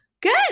Good